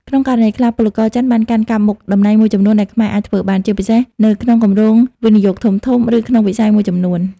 ក្នុងករណីខ្លះ ពលករចិនបានកាន់កាប់មុខតំណែងមួយចំនួនដែលខ្មែរអាចធ្វើបាន ជាពិសេសនៅក្នុងគម្រោងវិនិយោគធំៗ ឬក្នុងវិស័យមួយចំនួន។